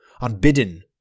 Unbidden